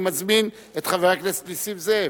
אני מזמין את חבר הכנסת נסים זאב.